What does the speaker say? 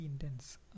intense